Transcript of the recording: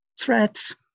threats